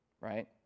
right